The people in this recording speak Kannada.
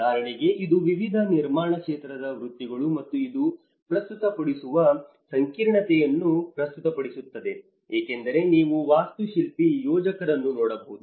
ಉದಾಹರಣೆಗೆ ಇದು ವಿವಿಧ ನಿರ್ಮಾಣ ಕ್ಷೇತ್ರದ ವೃತ್ತಿಗಳು ಮತ್ತು ಇದು ಪ್ರಸ್ತುತಪಡಿಸುವ ಸಂಕೀರ್ಣತೆಯನ್ನು ಪ್ರಸ್ತುತಪಡಿಸುತ್ತದೆ ಏಕೆಂದರೆ ನೀವು ವಾಸ್ತುಶಿಲ್ಪಿ ಯೋಜಕರನ್ನು ನೋಡಬಹುದು